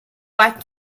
what